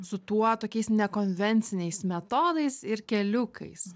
su tuo tokiais nekonvenciniais metodais ir keliukais